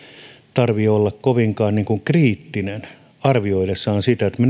tarvitse olla kovinkaan kriittinen arvioidessaan sitä että me